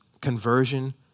conversion